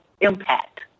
impact